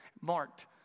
marked